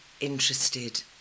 interested